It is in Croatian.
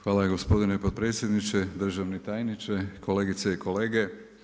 Hvala gospodine potpredsjedniče, državni tajniče, kolegice i kolege.